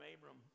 Abram